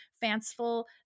fanciful